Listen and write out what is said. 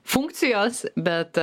funkcijos bet